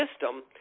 system